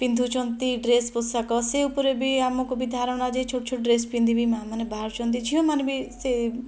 ପିନ୍ଧୁଛନ୍ତି ଡ୍ରେସ ପୋଷାକ ସେ ଉପରେ ବି ଆମକୁ ବି ଧାରଣା ଯେ ଛୋଟ ଛୋଟ ଡ୍ରେସ ପିନ୍ଧି ବି ମା'ମାନେ ବାହାରୁଛନ୍ତି ଝିଅମାନେ ବି ସେହି